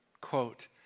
quote